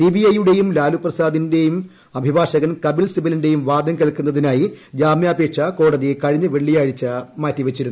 CBI യുടേയും Lalu Prasad യാദവിന്റെ അഭിഭാഷകൻ കപിൽ സിബലിന്റെയും വാദം കേൾക്കുന്നതിനായി ജാമ്യാപേക്ഷ കോടതി കഴിഞ്ഞ വെള്ളിയാഴ്ച മാറ്റിവെച്ചിരുന്നു